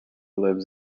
lives